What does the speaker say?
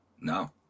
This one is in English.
No